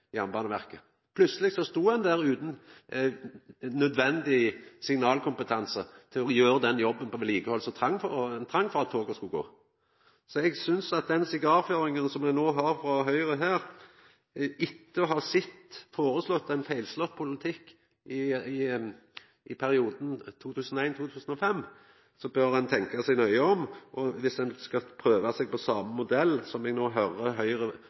Jernbaneverket. Plutseleg stod ein der utan nødvendig signalkompetanse til å gjera den jobben på vedlikehald som var nødvendig for at toget skulle gå. Eg synest ikkje om sigarføringa til Høgre her. Etter å ha føreslått ein feilslått politikk i perioden 2001–2005, bør dei tenkja seg nøye om dersom dei skal prøva seg på den modellen som me i innlegget til Halleraker høyrer at Høgre